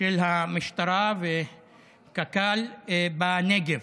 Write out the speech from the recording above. של המשטרה וקק"ל בנגב.